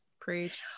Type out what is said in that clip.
Preach